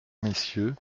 messieurs